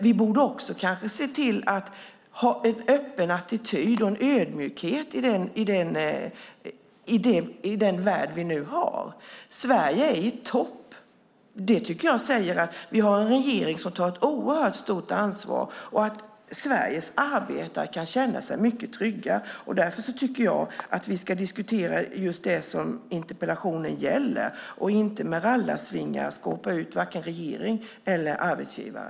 Vi borde kanske också se till att ha en öppen attityd och en ödmjukhet i den värld vi lever i. Sverige är i topp. Det tycker jag säger att vi har en regering som tar ett oerhört stort ansvar och att Sveriges arbetare kan känna sig mycket trygga. Därför tycker jag att vi ska diskutera just det som interpellationen gäller och inte med rallarsvingar skåpa ut vare sig regering eller arbetsgivare.